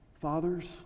Fathers